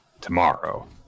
tomorrow